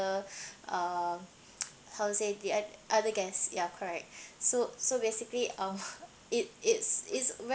uh how to say the ot~ other guests ya correct so so basically um it it's it's